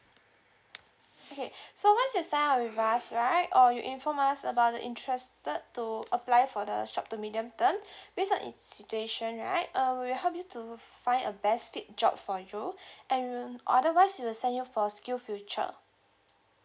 okay so once you sign up with us right or you inform us about the interested to apply for the short to medium term based on your situation right uh we will help you to find a best fit job for you and we'll otherwise we will send you for skill future